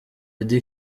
eddy